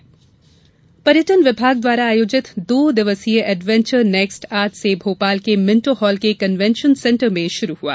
adventure next पर्यटन विभाग द्वारा आयोजित दो दिवसीय एडवेंचर नेक्स्ट आज से भोपाल के मिंटो हॉल के कनवेंशन सेंटर में शुरू हुआ